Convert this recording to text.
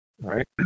Right